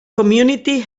community